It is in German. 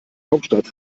hauptstadt